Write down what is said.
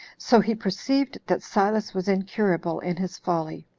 so he perceived that silas was incurable in his folly,